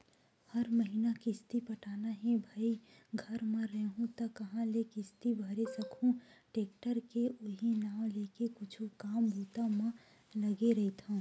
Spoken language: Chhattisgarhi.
हर महिना किस्ती पटाना हे भई घर म रइहूँ त काँहा ले किस्ती भरे सकहूं टेक्टर के उहीं नांव लेके कुछु काम बूता म लगे रहिथव